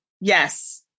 Yes